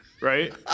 right